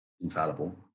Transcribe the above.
infallible